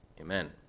amen